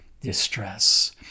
distress